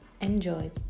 enjoy